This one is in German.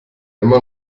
immer